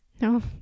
No